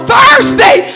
Thursday